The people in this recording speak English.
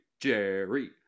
Jerry